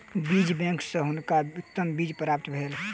बीज बैंक सॅ हुनका उत्तम बीज प्राप्त भेल